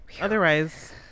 Otherwise